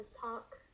talk